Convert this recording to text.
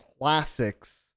classics